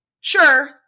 Sure